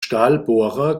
stahlbohrer